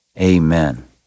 Amen